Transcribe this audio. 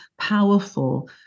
powerful